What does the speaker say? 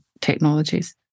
technologies